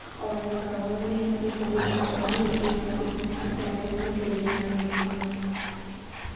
और गांव में इतनी सुविधाएं नहीं होती हैं जितनी कि शहरों में शहरों में सुविधाएं होती हैं